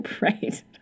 right